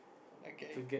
okay